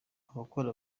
abakora